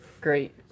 Great